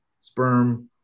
sperm